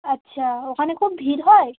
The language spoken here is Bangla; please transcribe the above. আচ্ছা ওখানে খুব ভিড় হয়